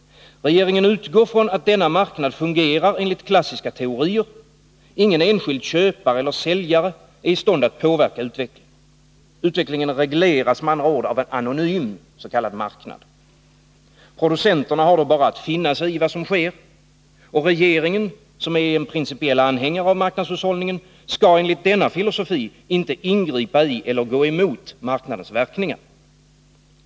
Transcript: Regeringen utgår från att denna marknad fungerar enligt klassiska teorier — ingen enskild köpare eller säljare är i stånd att påverka utvecklingen. Utvecklingen regleras med andra ord av en anonym s.k. marknad. Producenterna har då bara att finna sig i vad som sker. Och regeringen, som är en principiell anhängare av marknadshushållningen, skall enligt denna filosofi inte ingripa i eller gå emot marknadens verkningar.